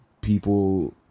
people